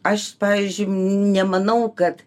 aš pavyzdžiui nemanau kad